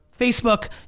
Facebook